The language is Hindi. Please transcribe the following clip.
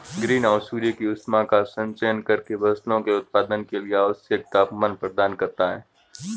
ग्रीन हाउस सूर्य की ऊष्मा का संचयन करके फसलों के उत्पादन के लिए आवश्यक तापमान प्रदान करता है